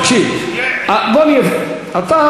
חבר הכנסת עיסאווי פריג', תקשיב, בוא נהיה פיירים.